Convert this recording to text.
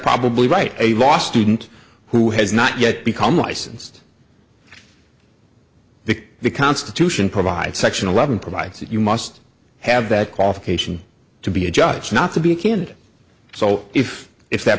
probably right a law student who has not yet become licensed the the constitution provides section eleven provides that you must have that qualification to be a judge not to be a candidate so if if that